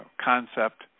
concept